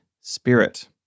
spirit